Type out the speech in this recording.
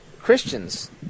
Christians